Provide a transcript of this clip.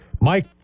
Mike